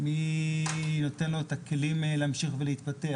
מי נותן לו את הכלים להמשיך ולהתפתח?